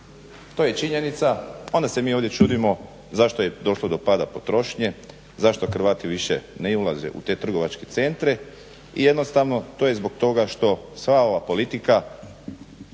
To je činjenica. Onda se mi ovdje čudimo zašto je došlo do pada potrošnje, zašto Hrvati više ne ulaze u te trgovačke centre i jednostavno to je zbog toga što sva ova politika